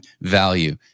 value